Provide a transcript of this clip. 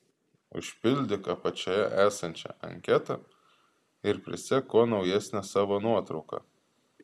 užpildyk apačioje esančią anketą ir prisek kuo naujesnę savo nuotrauką